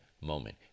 moment